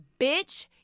bitch